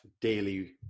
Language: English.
daily